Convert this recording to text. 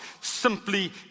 simply